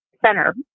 center